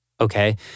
okay